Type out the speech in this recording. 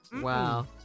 Wow